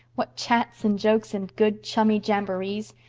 what chats and jokes and good chummy jamborees!